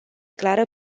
clară